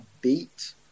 BEAT